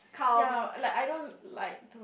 ya like I don't like